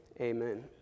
Amen